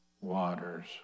waters